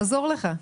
נעזור לך.